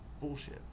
Bullshit